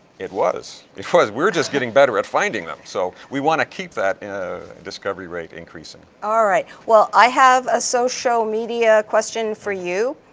it was, it was, we're just getting better at finding them. so we want to keep that discovery rate increasing. alright, well i have a so social media question for you.